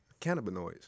cannabinoids